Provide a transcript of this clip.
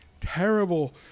terrible